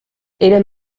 era